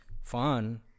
fun